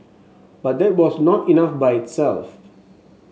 but that was not enough by itself